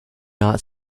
not